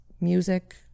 music